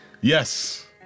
Yes